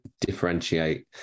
differentiate